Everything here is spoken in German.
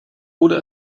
oder